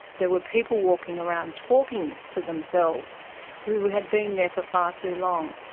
there were people walking around talking to themselves who had been there for far too long.